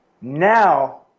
Now